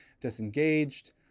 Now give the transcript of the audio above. disengaged